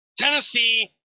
Tennessee